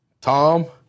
Tom